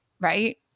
right